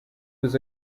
was